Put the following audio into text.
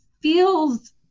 feels